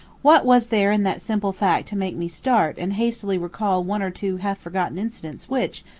what was there in that simple fact to make me start and hastily recall one or two half-forgotten incidents which,